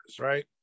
right